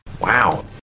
Wow